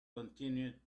continued